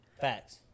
Facts